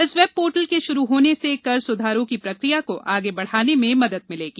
इस web portal के शुरू होने से कर सुधारों की प्रक्रिया को आगे बढाने में मदद मिलेगी